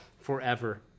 forever